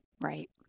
Right